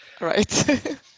right